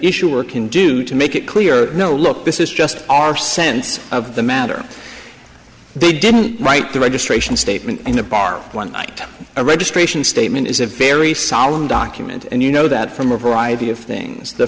issue or can do to make it clear no look this is just our sense of the matter they didn't write the registration statement in a bar one night a registration statement is a very solemn document and you know that from a variety of things the